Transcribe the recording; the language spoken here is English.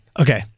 Okay